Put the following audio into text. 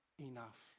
enough